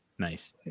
Nice